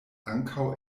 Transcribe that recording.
ankaŭ